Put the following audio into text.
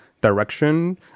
direction